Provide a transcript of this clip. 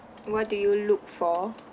what do you look for